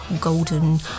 Golden